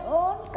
own